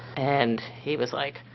and he was like,